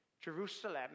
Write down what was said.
Jerusalem